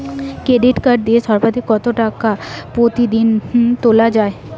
Debit card দিয়ে সর্বাধিক কত টাকা প্রতিদিন তোলা য়ায়?